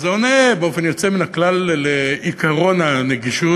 וזה עונה באופן יוצא מן הכלל על עקרון הנגישות,